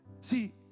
See